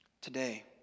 Today